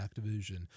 Activision